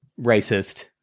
racist